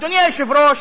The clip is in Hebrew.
אדוני היושב-ראש,